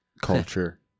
Culture